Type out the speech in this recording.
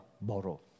borrow